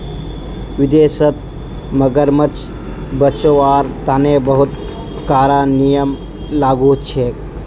विदेशत मगरमच्छ बचव्वार तने बहुते कारा नियम लागू छेक